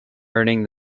earning